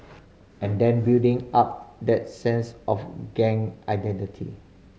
and then building up that sense of gang identity